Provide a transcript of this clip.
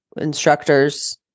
instructors